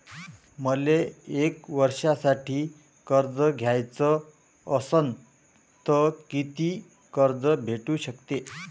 मले एक वर्षासाठी कर्ज घ्याचं असनं त कितीक कर्ज भेटू शकते?